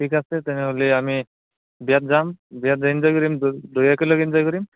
ঠিক আছে তেনেহ'লে আমি বিয়াত যাম বিয়াত এনজয় কৰিম দুয়োৱে একেলগে এনজয় কৰিম